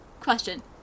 Question